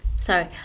Sorry